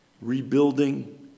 rebuilding